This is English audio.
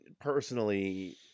personally